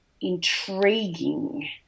intriguing